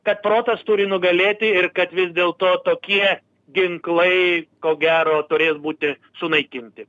kad protas turi nugalėti ir kad vis dėlto tokie ginklai ko gero turės būti sunaikinti